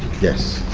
yes.